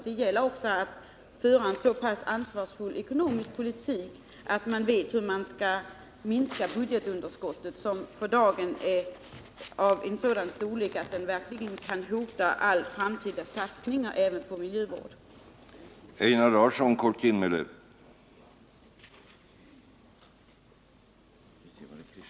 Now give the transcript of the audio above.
Det gäller också att föra en så ansvarsfull ekonomisk politik att man vet hur man skall minska budgetunderskottet, som för dagen är så stort att det verkligen kan hota alla framtida satsningar och då även satsningar på miljövårdsområdet.